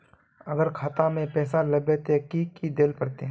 अगर खाता में पैसा लेबे ते की की देल पड़ते?